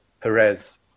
Perez